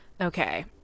Okay